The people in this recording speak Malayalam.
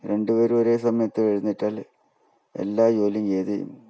രണ്ട് പേരും ഒരേ സമയത്ത് എഴുന്നേറ്റാൽ എല്ലാ ജോലിയും ചെയ്ത്